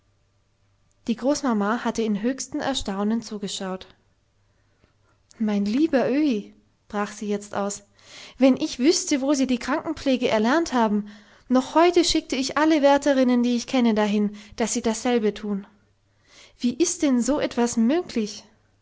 die großmama hatte im höchsten erstaunen zugeschaut mein lieber öhi brach sie jetzt aus wenn ich wüßte wo sie die krankenpflege erlernt haben noch heute schickte ich alle wärterinnen die ich kenne dahin daß sie dasselbe tun wie ist denn so etwas möglich